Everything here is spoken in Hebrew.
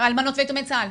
האלמנות ויתומי צה"ל.